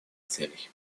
целей